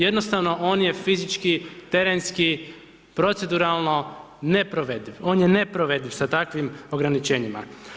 Jednostavno on je fizički, terenski, proceduralno neprovediv, on je neprovediv sa takvim ograničenjima.